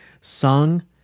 sung-